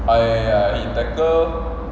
oh ya ya ya he tackle